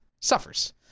suffers